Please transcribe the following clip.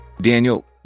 Daniel